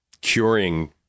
curing